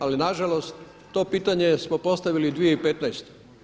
Ali nažalost to pitanje smo postavili 2015.